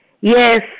Yes